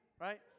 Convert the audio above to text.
right